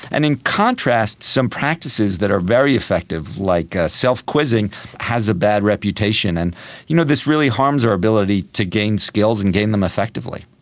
and in contrast, some practices that are very effective, like self-quizzing has a bad reputation. and you know this really harms our ability to gain skills and gain them effectively.